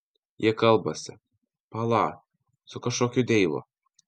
ji kalbasi pala su kažkokiu deivu